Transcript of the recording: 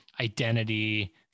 identity